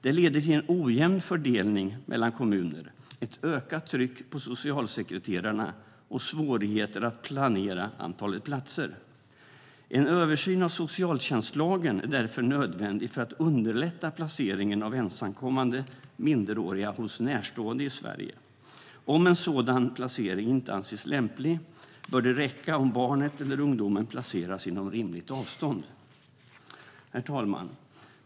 Det leder till en ojämn fördelning mellan kommuner, ett ökat tryck på socialsekreterarna och svårigheter att planera antalet platser. En översyn av socialtjänstlagen är därför nödvändig för att underlätta placeringen av ensamkommande minderåriga hos närstående i Sverige. Om en sådan placering inte anses lämplig bör det räcka om barnet eller ungdomen placeras inom rimligt avstånd. Herr talman!